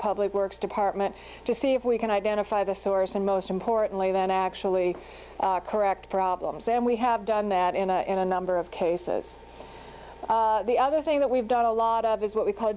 public works department to see if we can identify the source and most importantly then actually correct problems and we have done that in a in a number of cases the other thing that we've done a lot of is what we call